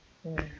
mm